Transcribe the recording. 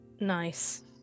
Nice